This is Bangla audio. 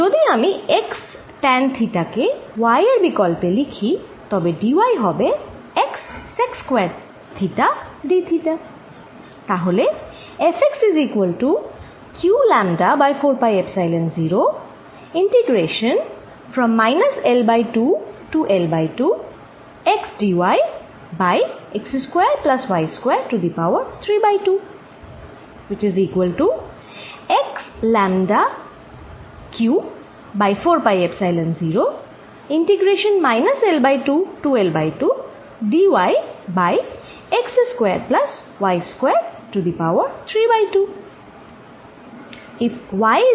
যদি আমি x tan থিটা কে y এর বিকল্পে লিখি তবে dy হবে x sec square theta d theta